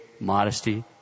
modesty